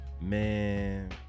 man